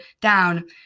down